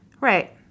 Right